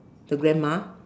the grandma